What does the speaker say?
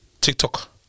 TikTok